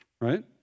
right